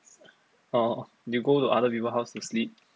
orh you go to other people house to sleep